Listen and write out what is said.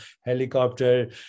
helicopter